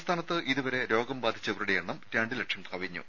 സംസ്ഥാനത്ത് ഇതുവരെ രോഗം ബാധിച്ചവരുടെ എണ്ണം രണ്ട് ലക്ഷം കവിഞ്ഞു